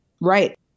Right